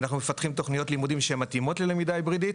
אנחנו מפתחים תוכניות לימודים שמתאימות ללמידה היברידית.